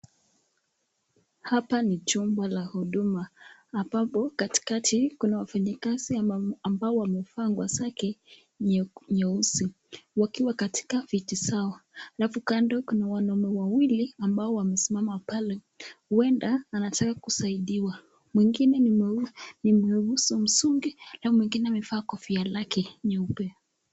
Hapa ni chumba la huduma, ambapo katikati kuna wafanyakazi ambao wamevaa nguo zake nyeusi, wakiwa katika viti zao. Alafu kando kuna wanaume wawili ambao wamesimama pale. Huenda anataka kusaidiwa. Mwingine ni mrefu, uso msungi, na mwingine amevaa kofia lake nyeupe.